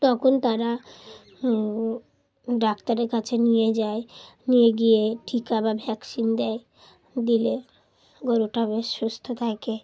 তখন তারা ডাক্তারের কাছে নিয়ে যায় নিয়ে গিয়ে টিকা বা ভ্যাকসিন দেয় দিলে গরুটা বেশ সুস্থ থাকে